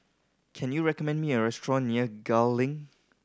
can you recommend me a restaurant near Gul Link